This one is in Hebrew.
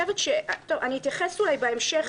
אתייחס אולי בהמשך,